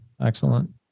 Excellent